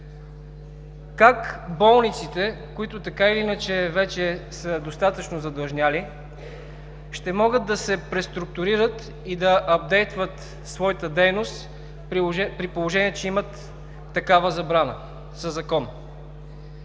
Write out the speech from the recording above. Как болниците, които така или иначе вече са достатъчно задлъжнели, ще могат да се преструктурират и да ъпдейтват своята дейност, при положение че имат такава забрана със закон?